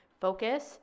focus